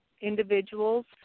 individuals